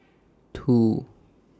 two